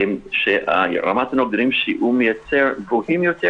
ראינו שרמת הנוגדנים שהוא מייצר גבוהה יותר